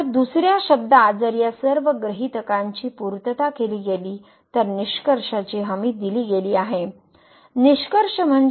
तर दुसरया शब्दांत जर या सर्व गृहीतकांचीपूर्तता केली गेली तर निष्कर्षाची हमी दिली गेली आहे निष्कर्ष म्हणजे